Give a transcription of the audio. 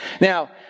Now